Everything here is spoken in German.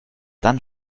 dann